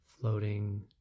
floating